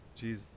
jeez